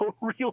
real